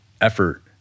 effort